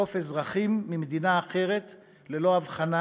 לתקוף אזרחים ממדינה אחרת ללא הבחנה.